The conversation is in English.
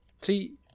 See